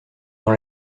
dans